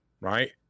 right